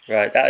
Right